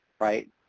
right